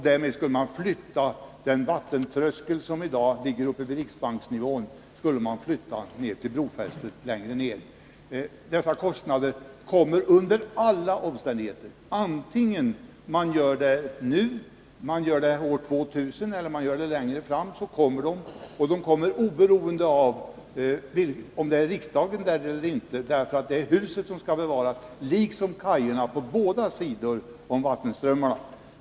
Därvid skulle man flytta den vattentröskel som i dag ligger vid riksbankshusets nivå till brofästet längre ner. Dessa kostnader kommer under alla omständigheter, vare sig det blir nu, år 2000 eller längre fram. De kommer också oberoende av om riksdagen är placerad där eller inte, eftersom det är huset, liksom kajerna på båda sidor av vattenströmmarna, som skall bevaras.